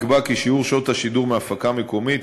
נקבע כי שיעור שעות השידור מההפקה המקומית